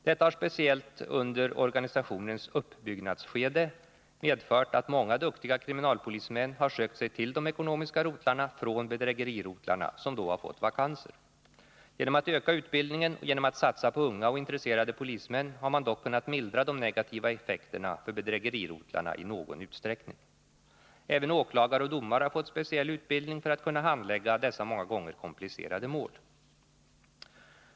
Detta har speciellt under organisationens uppbyggnadsskede medfört att många duktiga kriminalpolismän har sökt sig till de ekonomiska rotlarna från bedrägerirotlarna, som då har fått vakanser. Genom att öka utbildningen och genom att satsa på unga och intresserade polismän har man dock kunnat mildra de negativa effekterna för bedrägerirotlarna i någon utsträckning. Även åklagare och domare har fått speciell utbildning för att kunna handlägga dessa många gånger komplicerade mål.